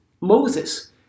Moses